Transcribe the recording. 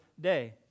day